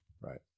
Right